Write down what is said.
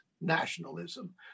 nationalism